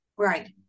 Right